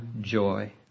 joy